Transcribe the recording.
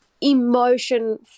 emotion